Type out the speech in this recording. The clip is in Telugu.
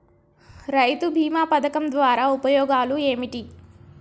రైతు బీమా పథకం ద్వారా ఉపయోగాలు ఏమిటి?